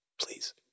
Please